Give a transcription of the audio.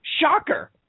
Shocker